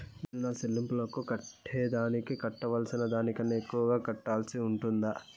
నేను నా సెల్లింపులకు కట్టేదానికి కట్టాల్సిన దానికన్నా ఎక్కువగా కట్టాల్సి ఉంటుందా?